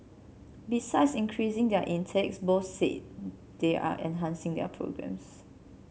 besides increasing their intakes both said they are enhancing their programmes